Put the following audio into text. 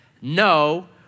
No